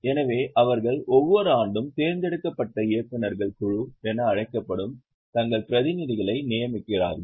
எனவே அவர்கள் ஒவ்வொரு ஆண்டும் தேர்ந்தெடுக்கப்பட்ட இயக்குநர்கள் குழு என அழைக்கப்படும் தங்கள் பிரதிநிதிகளை நியமிக்கிறார்கள்